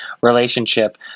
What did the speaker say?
relationship